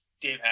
Dave